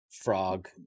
frog